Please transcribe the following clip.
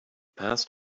passed